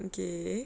okay